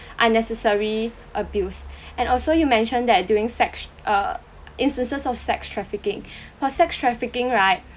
unnecessary abuse and also you mentioned that during sex uh instances of sex trafficking for sex trafficking right